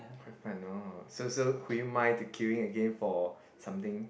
I know so so would you mind to queueing again for something